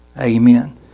amen